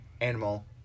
animal